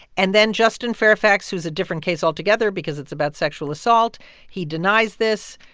and then justin fairfax, who's a different case altogether because it's about sexual assault he denies this.